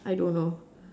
I don't know